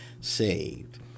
saved